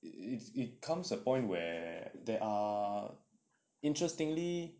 it's it comes a point where there are interestingly